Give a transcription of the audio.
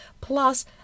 plus